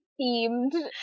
themed